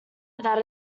without